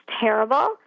terrible